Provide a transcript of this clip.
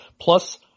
plus